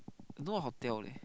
don't know what hotel leh